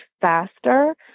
faster